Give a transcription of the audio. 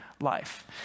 life